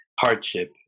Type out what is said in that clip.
hardship